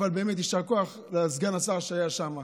אבל באמת יישר כוח לסגן השר, שהיה שם,